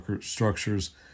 structures